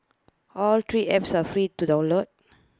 all three apps are free to download